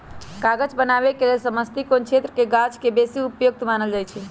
कागज बनाबे के लेल समशीतोष्ण क्षेत्रके गाछके बेशी उपयुक्त मानल जाइ छइ